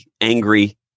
angry